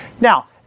Now